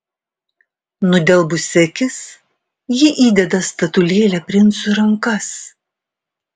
nudelbusi akis ji įdeda statulėlę princui į rankas